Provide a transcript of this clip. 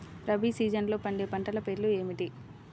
రబీ సీజన్లో పండే పంటల పేర్లు ఏమిటి?